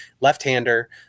left-hander